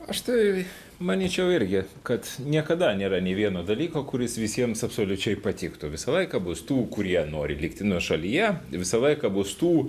aš tai manyčiau irgi kad niekada nėra nei vieno dalyko kuris visiems absoliučiai patiktų visą laiką bus tų kurie nori likti nuošalyje visą laiką bus tų